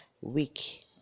week